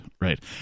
right